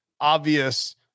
obvious